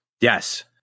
Yes